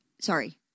Sorry